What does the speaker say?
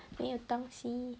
没有东西